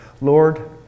Lord